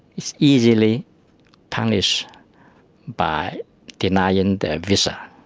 it's easily punished by denying their visa.